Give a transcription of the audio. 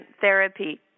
therapy